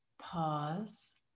pause